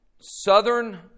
southern